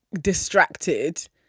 distracted